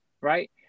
right